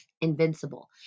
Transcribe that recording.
invincible